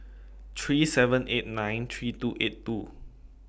three seven eight nine three two eight two